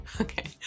Okay